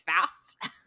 fast